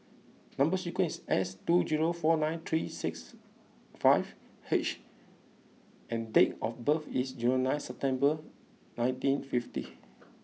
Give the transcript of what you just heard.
number sequence is S two zero four nine three six five H and date of birth is zero nine September nineteen fifty